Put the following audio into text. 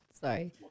sorry